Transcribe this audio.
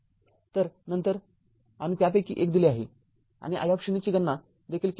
तर नंतर आणि त्यापैकी १ दिले आहे आणि i ची देखील गणना केली आहे